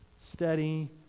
steady